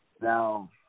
Now